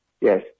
yes